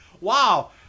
Wow